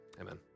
Amen